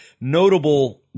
notable